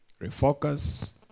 refocus